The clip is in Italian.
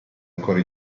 ancora